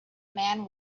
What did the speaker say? man